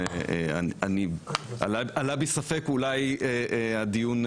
אבל אני לא חושב שהדבר הזה הוא עכשיו סוג של חסם או איזשהו משהו אחר.